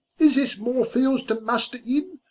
is this more fields to muster in?